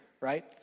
right